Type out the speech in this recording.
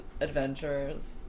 adventures